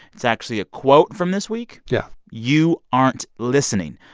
it's actually a quote from this week yeah you aren't listening.